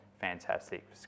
fantastic